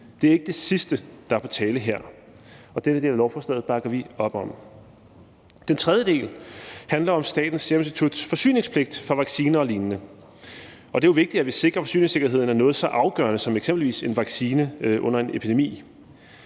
det er ikke det sidste, der er på tale her, og denne del af lovforslaget bakker vi op om. Den tredje del handler om Statens Serum Instituts forsyningspligt for vacciner og lignende, og det er jo vigtigt, at vi sikrer forsyningssikkerheden af noget så afgørende som eksempelvis en vaccine under en epidemi,